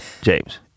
James